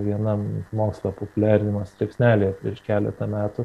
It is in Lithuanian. vienam mokslo populiarinimo straipsnelyje prieš keletą metų